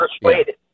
persuaded